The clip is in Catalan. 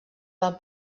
del